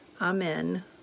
Amen